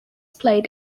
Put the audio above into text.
played